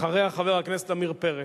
אחריה, חבר הכנסת עמיר פרץ,